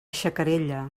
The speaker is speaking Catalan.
xacarella